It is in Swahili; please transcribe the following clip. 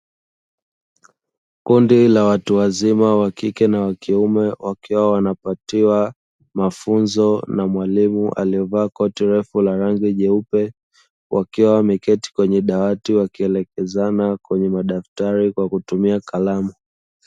Kundi la watu wazima wa kike na wa kiume wakiwa wanapatiwa mafunzo na mwalimu aliyeva koti refu la rangi nyeupe, wakiwa wameketi kwenye dawati wakielekezana kwenye madaftari kwa kutumia kalamu.